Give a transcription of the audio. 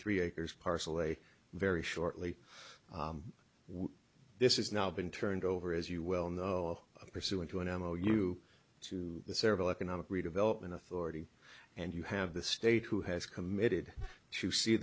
three acres parcel a very shortly this is now been turned over as you well know pursuant to an m o u two several economic redevelopment authority and you have the state who has committed to see